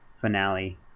finale